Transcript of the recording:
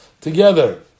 together